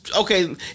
okay